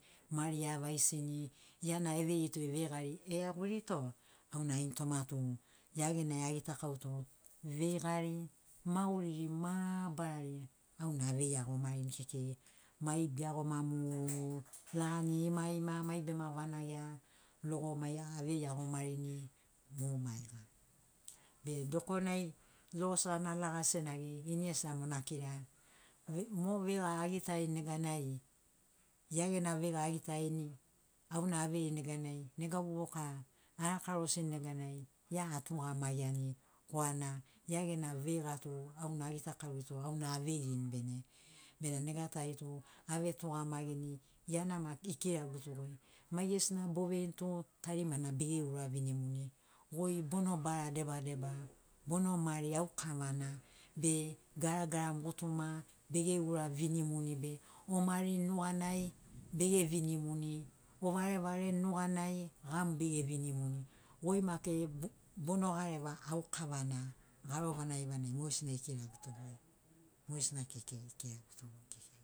Mari avaisini, ia na eveirito veigari e iaguirito auna ini toma tu ia genai agitakau to veigari, maguriri mabarari auna avei iagomarini kekei mai be iagoma mu lagani ima- ima mai bema vanagia logo mai avei iagomarini mu maiga. be dokonai logos gana lagas senagi ini gesi mo n akira, mo veiga agitarini nega nai, ia gena veiga agitarini auna aveirini nega nai, nega vovoka arakarosin nega nai ia atugamagiani korana ia gena veiga tu auna agitakaurito auna aveirin bene. bena nega tari tu ave tugamagini, ia na maki ikiraguto goi, “maigesina boveini tu tarimana bege uravinimuni, goi bono bara deba deba, bono mari au kavana, be gara garamu gutuma bege uravinimuni be omarin nuga nai bege vinimuni, ovare varen nuga nai gamu bege vinimuni, goi maki bono gareva au kavana.” garo vanagi vanagi mogesina ikiraguto goi mogesina kekei ikiraguto goi kekei